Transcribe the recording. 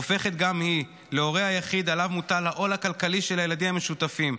הופכת גם היא להורה היחיד עליו מוטל העול הכלכלי של הילדים המשותפים,